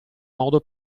modo